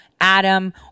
Adam